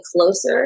closer